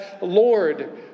Lord